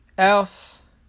else